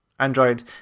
android